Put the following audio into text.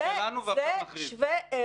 הם שלנו, ועכשיו נכריז.